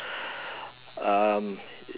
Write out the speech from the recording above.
um